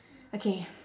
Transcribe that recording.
okay